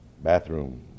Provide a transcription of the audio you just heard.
bathroom